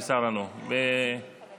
תנמק את ההסתייגויות חברת הכנסת היבה יזבק.